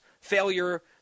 failure